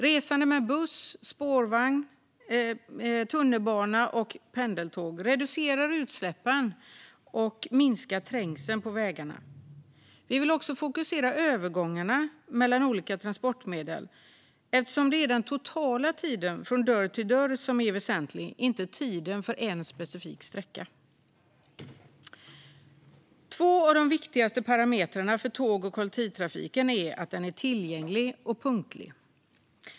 Resande med buss, spårvagn, tunnelbana och pendeltåg reducerar utsläppen och minskar trängseln på vägarna. Vi vill också fokusera på övergångarna mellan olika transportmedel eftersom det är den totala tiden från dörr till dörr som är väsentlig, inte tiden för en specifik sträcka. Två av de viktigaste parametrarna för tåg och kollektivtrafik är att den är tillgänglig och punktlig.